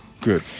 Good